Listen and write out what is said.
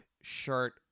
shirt